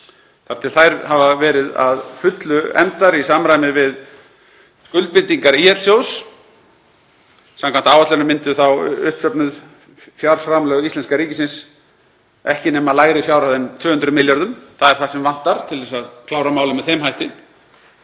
þar til þær hafa verið að fullu efndar í samræmi við skuldbindingar ÍL-sjóðs. Samkvæmt áætlunum myndu þá uppsöfnuð fjárframlög íslenska ríkisins ekki nema lægri fjárhæð en 200 milljörðum. Það er það sem vantar til að klára málið með þeim hætti.